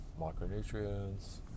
micronutrients